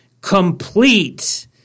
complete